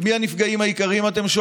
ולא ניתן עוד לשאת